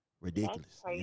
ridiculous